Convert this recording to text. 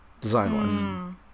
Design-wise